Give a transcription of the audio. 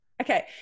okay